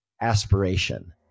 Aspiration